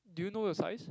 do you know your size